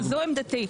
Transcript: זו עמדתי.